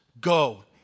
go